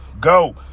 go